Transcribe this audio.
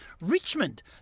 Richmond